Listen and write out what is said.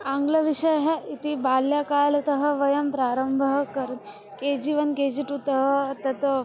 आङ्ग्लविषयः इति बाल्यकालतः वयं प्रारम्भं कर् K G one K G टुतः तत्